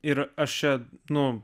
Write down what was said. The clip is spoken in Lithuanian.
ir aš čia nu